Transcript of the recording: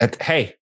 Hey